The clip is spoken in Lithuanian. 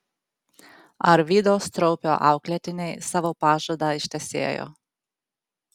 arvydo straupio auklėtiniai savo pažadą ištesėjo